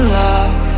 love